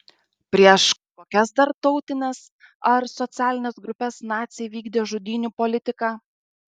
prieš kokias dar tautines ar socialines grupes naciai vykdė žudynių politiką